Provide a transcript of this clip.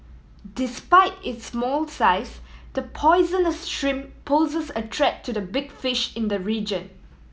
despite its small size the poisonous shrimp poses a threat to the big fish in the region